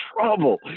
trouble